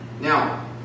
Now